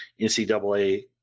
NCAA